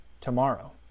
tomorrow